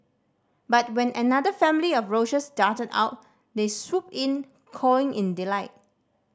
but when another family of roaches darted out they swooped in cawing in delight